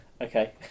Okay